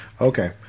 Okay